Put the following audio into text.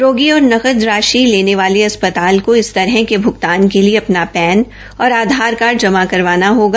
रोगी और नकद राषि लेने वाले अस्पताल को इस तरह के भुगतान के लिए अपना पैन और आधार कोर्ड जमा करवाना होगा